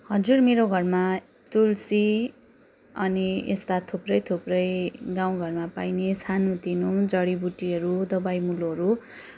हजुर मेरो घरमा तुलसी अनि यस्ता थुप्रै थुप्रै गाउँ घरमा पाइने सानोतिनो जडीबुटीहरू दबाई मुलोहरू